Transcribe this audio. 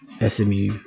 SMU